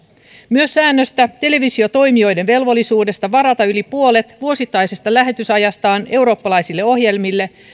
myös säännöstä televisiotoimijoiden velvollisuudesta varata yli puolet vuosittaisesta lähetysajastaan eurooppalaisille ohjelmille